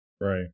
right